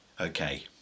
Okay